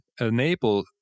enable